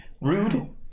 Rude